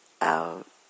out